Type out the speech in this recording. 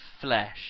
flesh